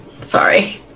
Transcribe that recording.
Sorry